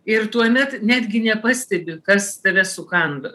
ir tuomet netgi nepastebi kas tave sukanda